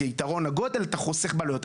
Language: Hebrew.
כיתרון לגודל אתה חוסך בעלויות,